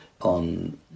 on